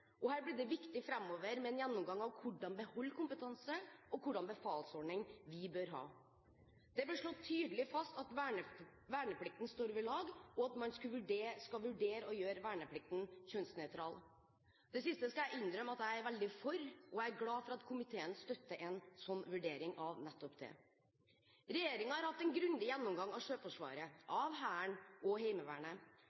personell. Her blir det viktig framover med en gjennomgang av hvordan beholde kompetanse og hvilken befalsordning vi bør ha. Det ble slått tydelig fast at verneplikten står ved lag, og at man skal vurdere å gjøre verneplikten kjønnsnøytral. Det siste skal jeg innrømme at jeg er veldig for, og jeg er glad for at komiteen støtter en sånn vurdering av nettopp det. Regjeringen har hatt en grundig gjennomgang av Sjøforsvaret,